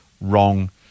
wrong